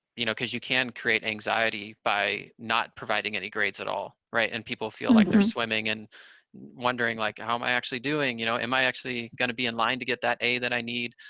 you know, because you can create anxiety by not providing any grades at all, right? and people feel like they're swimming and wondering like, how am i actually doing? you know, am i actually gonna be in line to get that a that i need?